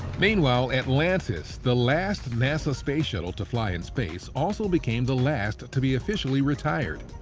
meanwhile, atlantis, the last nasa space shuttle to fly in space, also became the last to be officially retired.